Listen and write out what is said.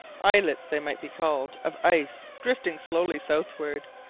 islets they might be called, of ice, drifting slowly southward,